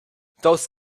those